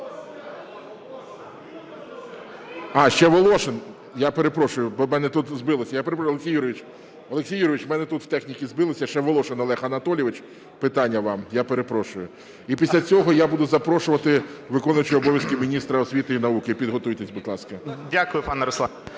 А, ще Волошин. Я перепрошую, у мене тут збилося. Олексій Юрійович, у мене тут в техніці збилося, ще Волошин Олег Анатолійович, питання вам. Я перепрошую. І після цього я буду запрошувати виконуючого обов'язки міністра освіти і науки. Підготуйтесь, будь ласка. 10:43:18 ВОЛОШИН